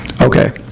Okay